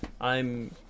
I'm-